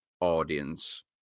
audience